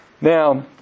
Now